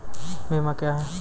बीमा क्या हैं?